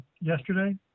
yesterday